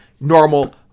normal